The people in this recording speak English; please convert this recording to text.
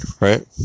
right